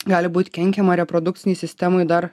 gali būt kenkiama reprodukcinei sistemai dar